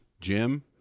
Jim